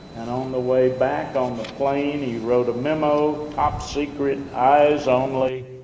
and on the way back, on the plane he wrote a memo, top secret eyes only,